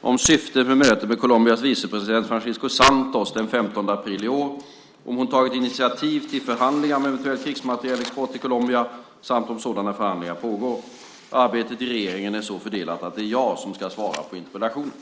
om syftet med mötet med Colombias vicepresident Francisco Santos den 15 april i år, om hon tagit initiativ till förhandlingar om eventuell krigsmaterielexport till Colombia samt om sådana förhandlingar pågår. Arbetet i regeringen är så fördelat att det är jag som ska svara på interpellationen.